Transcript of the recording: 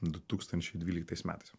du tūkstančiai dvyliktais metais